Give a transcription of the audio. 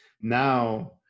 now